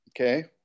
Okay